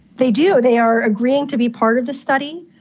they do, they are agreeing to be part of this study.